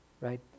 Right